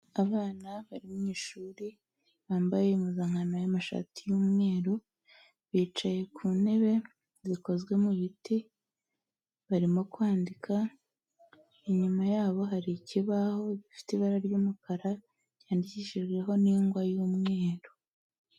Abana bari mwi ishuri bambaye impuzankano y'amashati y'umweru, bicaye ku ntebe zikozwe mu biti barimo kwandika, inyuma yabo hari ikibaho gifite ibara ry'umukara, ryandikishijweho n'ingwa y'umweru.